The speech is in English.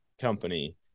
company –